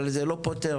אבל זה לא פוטר,